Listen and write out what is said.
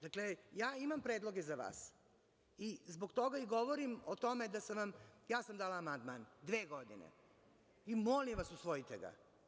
Dakle, ja imam predloge za vas i zbog toga govorim o tome da sam dala amandman – dve godine i molim vas usvojite ga.